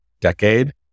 decade